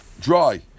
Dry